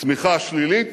צמיחה שלילית